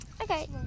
Okay